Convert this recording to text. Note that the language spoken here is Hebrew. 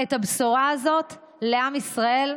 את הבשורה הזאת לעם ישראל.